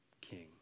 King